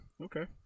okay